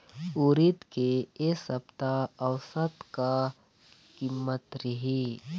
उरीद के ए सप्ता औसत का कीमत रिही?